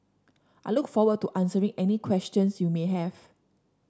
I look forward to answering any questions you may have